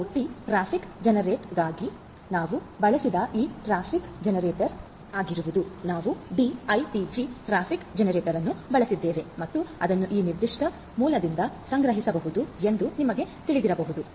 IoT traffic ಜನರೇಟರ್ಗಾಗಿ ನಾವು ಬಳಸಿದ ಈ ಟ್ರಾಫಿಕ್ ಜನರೇಟರ್ ಆಗಿರುವುದು ನಾವು ಡಿ ಐಟಿಜಿ ಟ್ರಾಫಿಕ್ ಜನರೇಟರ್ ಅನ್ನು ಬಳಸಿದ್ದೇವೆ ಮತ್ತು ಅದನ್ನು ಈ ನಿರ್ದಿಷ್ಟ ಮೂಲದಿಂದ ಸಂಗ್ರಹಿಸಬಹುದು ಎಂದು ನಿಮಗೆ ತಿಳಿದಿರಬಹುದು